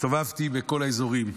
הסתובבתי בכל האזורים.